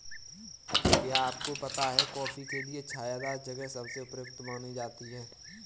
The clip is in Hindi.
क्या आपको पता है कॉफ़ी के लिए छायादार जगह सबसे उपयुक्त मानी जाती है?